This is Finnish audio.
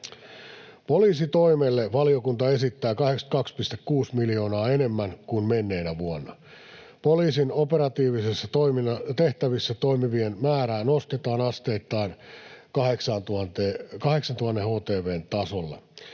Poliisitoimelle valiokunta esittää 82,6 miljoonaa enemmän kuin menneenä vuonna. Poliisin operatiivisissa tehtävissä toimivien määrää nostetaan asteittain 8 000 htv:n tasolle.